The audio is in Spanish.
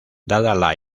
dada